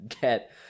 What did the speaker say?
get